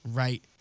right